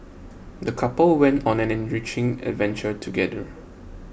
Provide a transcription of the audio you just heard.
the couple went on an enriching adventure together